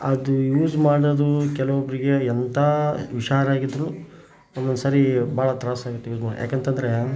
ಅದು ಯೂಸ್ ಮಾಡೋದು ಕೆಲವೊಬ್ಬರಿಗೆ ಎಂಥಾ ಹುಷಾರಾಗಿದ್ರು ಒಂದೊಂದು ಸಾರಿ ಭಾಳ ತ್ರಾಸ್ ಆಗುತ್ತೆ ಯೂಸ್ ಮಾಡೋಕೆ ಯಾಕಂತ ಅಂದ್ರೆ